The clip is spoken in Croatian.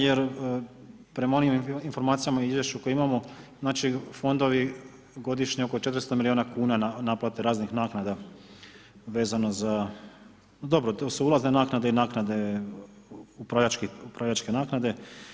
Jer prema onim informacijama i izvješću koje imamo znači fondovi godišnje oko 400 milijuna kuna naplate raznih naknada vezano za, dobro to su ulazne naknade i naknade upravljačke naknade.